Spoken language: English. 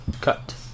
cut